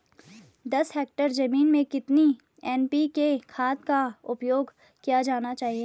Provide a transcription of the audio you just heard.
दस हेक्टेयर जमीन में कितनी एन.पी.के खाद का उपयोग किया जाना चाहिए?